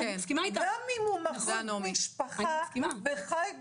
גם אם הוא בחוג משפחה וחי בקהילה,